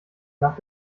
nach